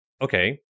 okay